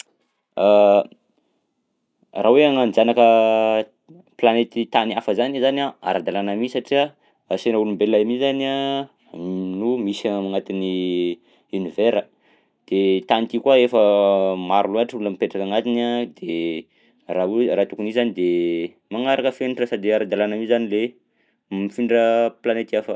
Raha hoe hagnanjaka planety tany hafa zany izany a ara-dalàna mi satria ansena olombelona mi zany a no misy ao agnatign'ny univera, de tany ty koa efa maro loatra olona mipetraka ao agnatiny de raha hoe raha tokony ho izy zany de magnaraka fenitra sady ara-dalàna mi zany le mifindra planety hafa.